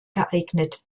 geeignet